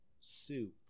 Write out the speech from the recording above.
soup